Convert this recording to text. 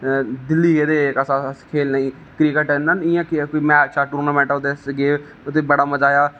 दिल्ली गेदे है अस खेलने गी क्रिकेट मैच दी कोई टूर्नामेंट ही ते अस गे ते उत्थै बड़ा मजा आया